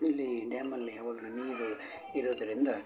ಇಲ್ಲಿ ಡ್ಯಾಮಲ್ಲಿ ಯಾವಾಗಲೂ ನೀರು ಇರೋದರಿಂದ